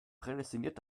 prädestiniert